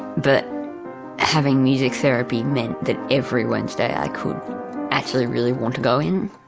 but having music therapy meant that every wednesday i could actually really want to go in,